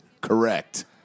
correct